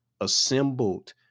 assembled